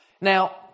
Now